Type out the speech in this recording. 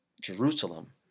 Jerusalem